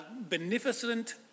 beneficent